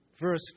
verse